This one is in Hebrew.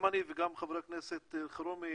גם אני וגם חבר הכנסת אלחרומי